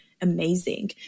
amazing